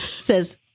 Says